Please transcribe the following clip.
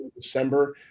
December